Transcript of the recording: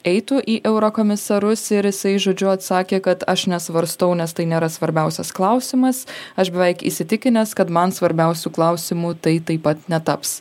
eitų į eurokomisarus ir jisai žodžiu atsakė kad aš nesvarstau nes tai nėra svarbiausias klausimas aš beveik įsitikinęs kad man svarbiausiu klausimu tai taip pat netaps